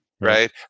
Right